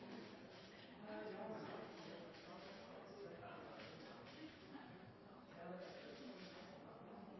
det skal være, og det er det